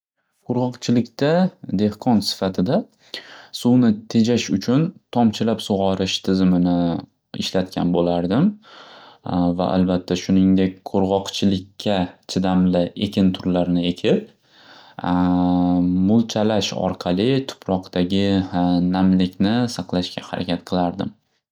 Quruqchilikda dehqon sifatida suvni tejash uchun tomchilab sug'orish tizimini ishlatgan bo'lardim va albatta shuningdek qurgʻoqchilikka chidamli ekin turlarini ekib mulchalash orqali tuproqdagi namlikni saqlashga harakat qilardim.